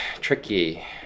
tricky